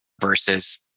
versus